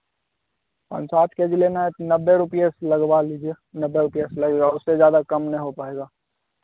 हाँ सात K G लेना तो रुपिया लगवा लीजिए नब्बे रुपिया से लगेगा उससे ज़्यादा कम नहीं हो पाएगा